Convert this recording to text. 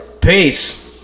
Peace